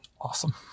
awesome